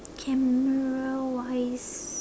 camera wise